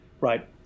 Right